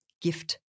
gift